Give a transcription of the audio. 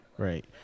Right